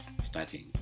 starting